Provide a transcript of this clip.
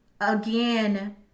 again